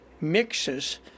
mixes